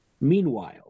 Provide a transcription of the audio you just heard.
Meanwhile